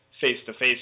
face-to-face